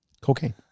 Cocaine